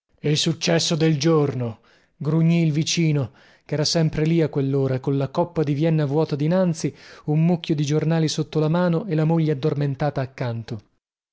levante il successo del giorno grugnì il vicino chera sempre lì a quellora colla coppa di vienna vuota dinanzi un mucchio di giornali sotto la mano e la moglie addormentata accanto